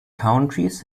countries